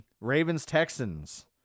Ravens-Texans